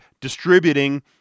distributing